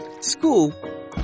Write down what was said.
school